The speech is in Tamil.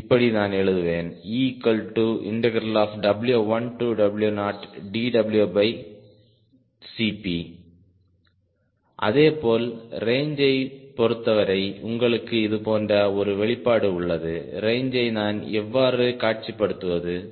இப்படி நான் எழுதுவேன் EW1W0dWCP அதேபோல் ரேஞ்சை பொறுத்தவரை உங்களுக்கும் இது போன்ற ஒரு வெளிப்பாடு உள்ளது ரேஞ்சை நான் எவ்வாறு காட்சிப்படுத்துவது